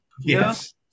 Yes